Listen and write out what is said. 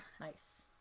Nice